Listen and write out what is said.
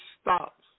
stops